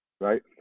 right